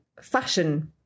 fashion